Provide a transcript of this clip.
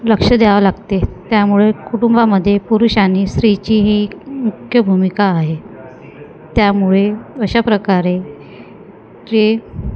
लक्ष द्यावं लागते त्यामुळे कुटुंबामध्ये पुरुष आणि स्त्रीची ही मुख्य भूमिका आहे त्यामुळे अशाप्रकारे ते